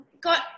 got